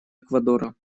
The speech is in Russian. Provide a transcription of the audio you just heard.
эквадора